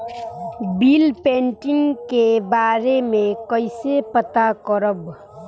Bill pending के बारे में कईसे पता करब?